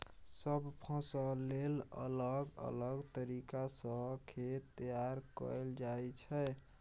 सब फसल लेल अलग अलग तरीका सँ खेत तैयार कएल जाइ छै